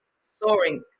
soaring